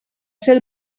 ser